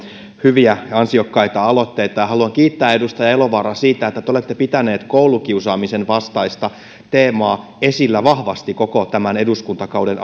hyviä ja ansiokkaita aloitteita ja haluan kiittää edustaja elovaaraa siitä että te te olette pitänyt koulukiusaamisen vastaista teemaa esillä vahvasti koko tämän eduskuntakauden